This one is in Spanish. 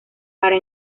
para